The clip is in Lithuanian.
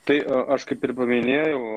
tai aš kaip ir minėjau